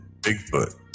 Bigfoot